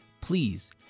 please